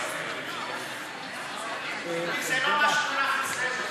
זה לא מה שמונח אצלנו.